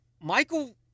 Michael –